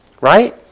right